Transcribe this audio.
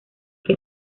que